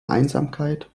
einsamkeit